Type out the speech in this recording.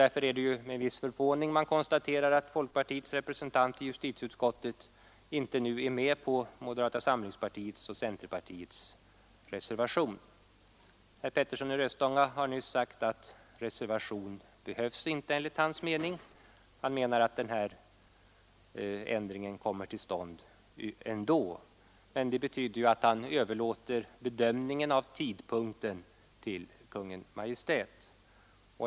Därför är det med viss förvåning man konstaterar att folkpartiets representant i justitieutskottet nu inte är med på moderata samlingspartiets och centerpartiets reservation. Herr Petersson i Röstånga har nyss förklarat att någon reservation inte behövs. Han anser att denna ändring kommer till stånd ändå. Men det betyder ju att han överlåter bedömningen av tidpunkten till Kungl. Maj:t.